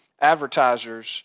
advertisers